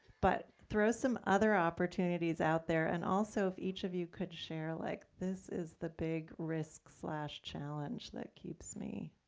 but, throw some other opportunities out there, and also, if each of you could share like this is the big risk slash challenge that keeps me,